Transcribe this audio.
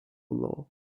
law